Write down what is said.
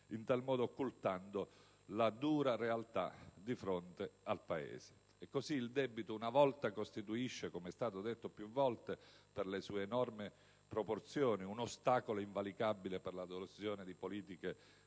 in tal modo occultando la dura realtà di fronte al Paese. E così il debito una volta costituisce, come è stato detto più volte, per le sue enormi proporzioni, un ostacolo invalicabile per l'adozione di politiche espansive,